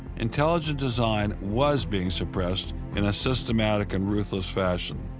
intelligent design was being suppressed and systematic and ruthless fashion.